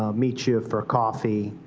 ah meet you for a coffee.